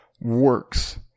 works